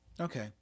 Okay